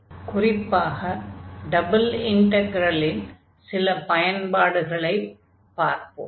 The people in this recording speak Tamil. இன்று குறிப்பாக டபுள் இன்டக்ரலின் சில பயன்பாடுகளைப் பார்ப்போம்